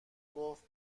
گفت